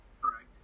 correct